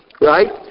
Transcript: right